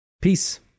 Peace